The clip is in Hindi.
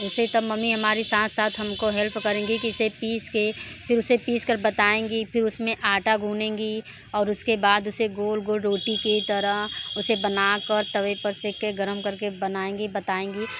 ऐसे हीं तब मम्मी हमारे साथ साथ हमको हेल्प करेंगी कि इसे पीस के फिर उसे पीसकर बताएंगी फिर उसमें आटा गुनेंगी और उसके बाद उसे गोल गोल रोटी की तरह उसे बनाकर तवे पर सेक के गर्म करके बनाएंगी बताएंगी